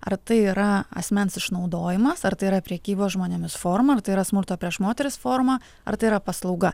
ar tai yra asmens išnaudojimas ar tai yra prekybos žmonėmis forma ar tai yra smurto prieš moteris forma ar tai yra paslauga